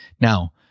Now